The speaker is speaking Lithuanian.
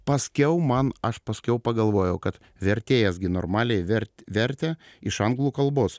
paskiau man aš paskiau pagalvojau kad vertėjas gi normaliai vertė vertė iš anglų kalbos